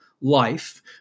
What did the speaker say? life